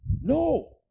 No